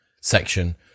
section